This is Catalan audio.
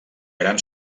gran